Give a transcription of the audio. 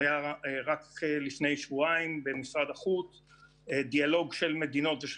היה רק לפני שבועיים במשרד החוץ דיאלוג של מדינות ושל